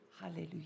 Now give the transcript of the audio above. Hallelujah